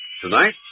Tonight